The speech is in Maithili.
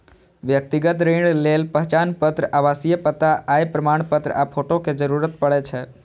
व्यक्तिगत ऋण लेल पहचान पत्र, आवासीय पता, आय प्रमाणपत्र आ फोटो के जरूरत पड़ै छै